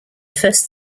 first